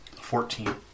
Fourteen